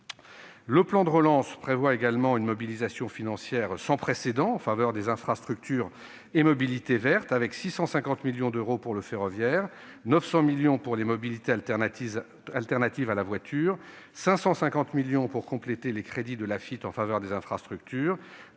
Le plan de relance prévoit enfin une mobilisation financière sans précédent en faveur des infrastructures et mobilités vertes : 650 millions d'euros pour le ferroviaire ; 900 millions d'euros pour les mobilités de substitution à la voiture ; 550 millions d'euros pour compléter les crédits de l'Afitf en faveur des infrastructures